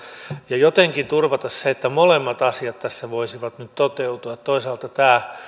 ja jotenkin turvata se että molemmat asiat tässä voisivat nyt toteutua toisaalta tämä